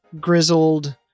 grizzled